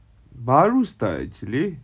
baru start actually